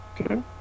Okay